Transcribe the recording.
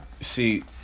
see